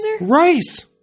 Rice